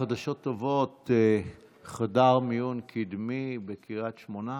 חדשות טובות, חדר מיון קדמי בקריית שמונה.